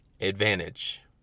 advantage